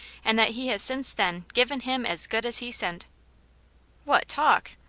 and that he has since then given him as good as he sent what talk!